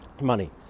money